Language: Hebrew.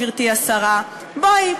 גברתי השרה: בואי,